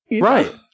Right